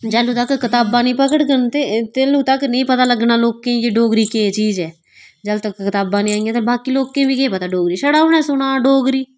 जैलूं तक कताबां नेईं पकड़ गा ना ते तैलूं तक नेईं पता लगना लोकें गी कि डोगरी केह् चीज ऐ जद तक कताबां नेईं आइयां ते बाकि लोकें गी बी केह् पता डोगरी छड़ा उ'नें सुना दा डोगरी